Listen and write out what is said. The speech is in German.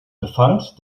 befand